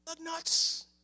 nuts